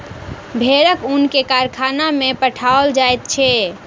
भेड़क ऊन के कारखाना में पठाओल जाइत छै